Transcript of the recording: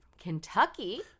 kentucky